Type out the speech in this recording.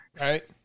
Right